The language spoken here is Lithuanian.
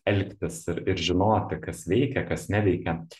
elgtis ir ir žinoti kas veikia kas neveikia